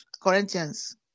Corinthians